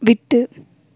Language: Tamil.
விட்டு